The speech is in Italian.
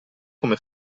come